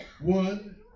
One